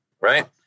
right